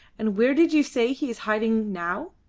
and where did you say he is hiding now?